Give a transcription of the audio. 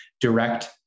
direct